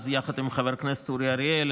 אז יחד עם חבר הכנסת אורי אריאל,